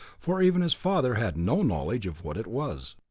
for even his father had no knowledge of what it was.